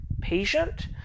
patient